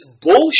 bullshit